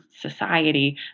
society